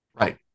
Right